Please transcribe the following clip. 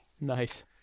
Nice